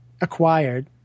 acquired